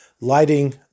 lighting